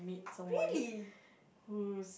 meet someone who's